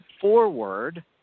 forward